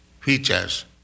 features